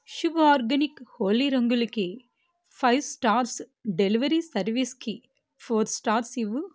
Shubh organic Holi రంగులుకి five stars delivery సర్వీస్కి four stars ఇవ్వు